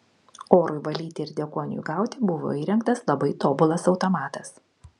orui valyti ir deguoniui gauti buvo įrengtas labai tobulas automatas